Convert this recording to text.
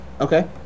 Okay